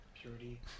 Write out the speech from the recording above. Purity